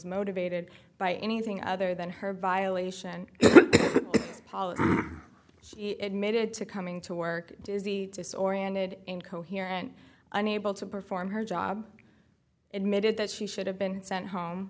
motivated by anything other than her violation of policy it made it to coming to work dizzy disoriented incoherent unable to perform her job admitted that she should have been sent home